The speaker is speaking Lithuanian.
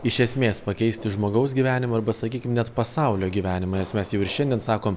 iš esmės pakeisti žmogaus gyvenimą arba sakykim net pasaulio gyvenimą nes mes jau ir šiandien sakom